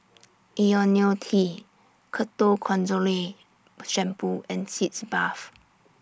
Ionil T Ketoconazole Shampoo and Sitz Bath